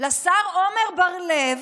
לשר עמר בר לב